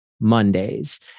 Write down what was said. Mondays